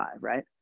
right